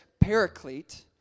paraclete